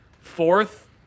Fourth